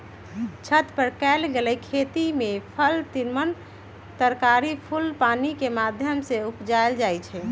छत पर कएल गेल खेती में फल तिमण तरकारी फूल पानिकेँ माध्यम से उपजायल जाइ छइ